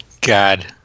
God